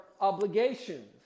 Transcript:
obligations